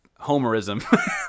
homerism